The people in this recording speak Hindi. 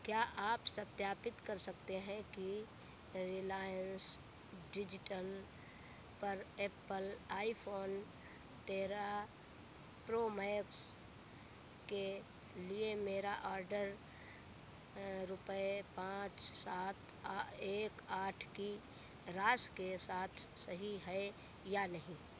क्या आप सत्यापित कर सकते हैं कि रिलायंस डिजिटल पर एप्पल आईफोन तेरह प्रो मैक्स के लिए मेरा ऑर्डर पाँच सात एक आठ की राशि के साथ सही है या नहीं